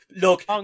Look